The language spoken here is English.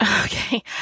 Okay